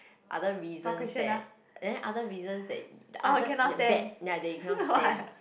other reasons that then other reasons that other the bad ya that you cannot stand